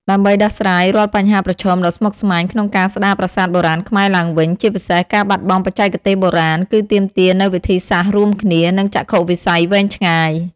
ដើម្បីដោះស្រាយរាល់បញ្ហាប្រឈមដ៏ស្មុគស្មាញក្នុងការស្ដារប្រាសាទបុរាណខ្មែរឡើងវិញ ជាពិសេសការបាត់បង់បច្ចេកទេសបុរាណ គឺទាមទារនូវវិធីសាស្ត្ររួមគ្នា និងចក្ខុវិស័យវែងឆ្ងាយ។